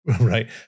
Right